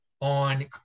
on